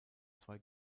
zwei